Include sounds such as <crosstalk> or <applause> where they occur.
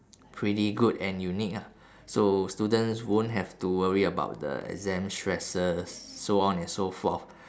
pretty good and unique ah <breath> so students won't have to worry about the exam stresses so on and so forth <breath>